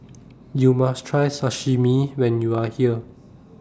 YOU must Try Sashimi when YOU Are here